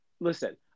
Listen